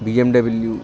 BMW